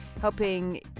helping